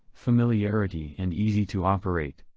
familiarity and easy to operate.